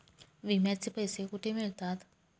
विम्याचे पैसे कुठे मिळतात?